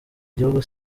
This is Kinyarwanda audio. igihugu